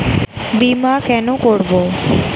বিমা কেন করব?